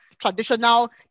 traditional